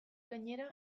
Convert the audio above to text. gainera